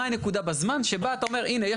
מהי הנקודה בזמן שבה אתה אומר הנה,